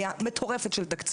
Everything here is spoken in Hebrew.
זו הפנייה מטורפת של תקציבים.